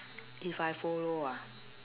if I follow ah